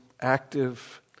active